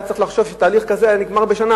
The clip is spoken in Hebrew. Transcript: היה צריך לחשוב שתהליך כזה היה נגמר בשנה.